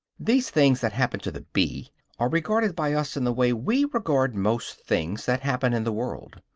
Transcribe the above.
these things that happen to the bee are regarded by us in the way we regard most things that happen in the world.